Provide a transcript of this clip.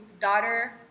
daughter